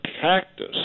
cactus